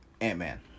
Ant-Man